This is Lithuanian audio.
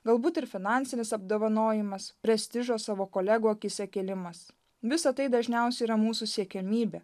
galbūt ir finansinis apdovanojimas prestižo savo kolegų akyse kėlimas visa tai dažniausiai yra mūsų siekiamybė